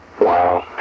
Wow